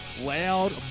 Loud